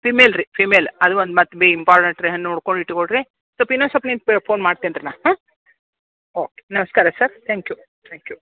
female ರೀ female ಅಲ್ಲ ಒಂದು ಮತ್ತು ಬೀ ಇಂಪಾರ್ಟೆಂಟ್ರೀ ಹಂಗೆ ನೋಡ್ಕೋನ್ ಇಟ್ಟುಕೊಳ್ರಿ ಸ್ವಲ್ಪ ಇನ್ನೊಂದ್ ಸ್ವಲ್ಪ ನಿಂತು ಫೋನ್ ಮಾಡ್ತೇನ್ರಿ ನಾನು ಹಾಂ ಓಕೆ ನಮಸ್ಕಾರ sir thank you thank you